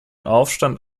aufstand